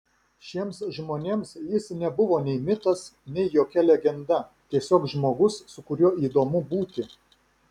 šiems žmonėms jis nebuvo nei mitas nei jokia legenda tiesiog žmogus su kuriuo įdomu būti